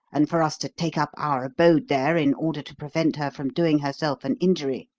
and for us to take up our abode there in order to prevent her from doing herself an injury.